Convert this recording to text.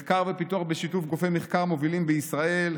מחקר ופיתוח בשיתוף גופי מחקר מובילים בישראל,